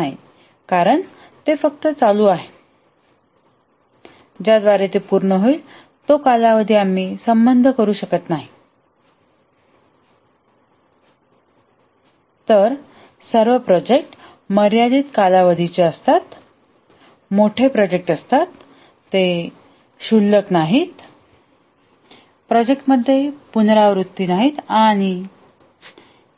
नाही कारण ते फक्त चालू आहे ज्याद्वारे ते पूर्ण होईल तो कालावधी आम्ही संबद्ध करू शकत नाही तर सर्व प्रोजेक्ट मर्यादित कालावधीचे आहेत मोठे प्रोजेक्ट आहेत क्षुल्लक नाहीत पुनरावृत्ती नाहीत आणि